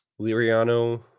Liriano